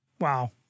Wow